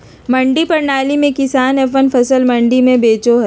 मंडी प्रणाली में किसान अपन फसल मंडी में बेचो हय